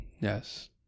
Yes